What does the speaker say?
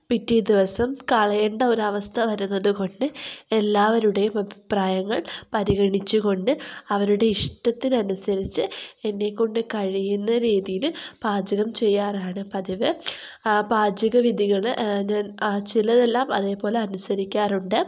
പിറ്റേദിവസം കളയേണ്ട ഒരു അവസ്ഥ വരുന്നതുകൊണ്ട് എല്ലാവരുടെയും അഭിപ്രായങ്ങൾ പരിഗണിച്ചുകൊണ്ട് അവരുടെ ഇഷ്ടത്തിനനുസരിച്ച് എന്നെകൊണ്ട് കഴിയുന്ന രീതിയിൽ പാചകം ചെയ്യാറാണ് പതിവ് ആ പാചകവിഥികൾ ഞാൻ ചിലതെല്ലാം അതേപോലെ അനുസരിക്കാറുണ്ട്